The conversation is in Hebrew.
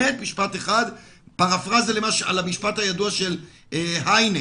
פרפרזה על המשפט הידוע של היינה,